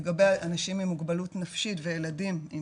לגבי אנשים עם מוגבלות נפשית וילדים עם